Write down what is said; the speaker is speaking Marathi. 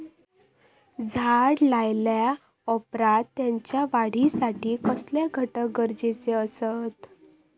झाड लायल्या ओप्रात त्याच्या वाढीसाठी कसले घटक गरजेचे असत?